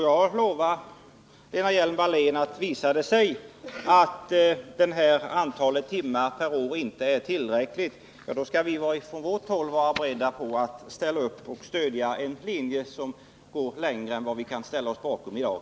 Jag lovar emellertid Lena Hjelm-Wallén att om det visar sig att antalet timmar per år inte är tillräckligt, då kommer vi från vårt håll att vara beredda att ställa upp och stödja en linje som går längre än den som vi kan ställa oss bakom i dag.